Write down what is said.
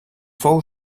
fou